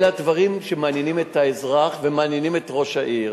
אלה הדברים שמעניינים את האזרח ומעניינים את ראש העיר.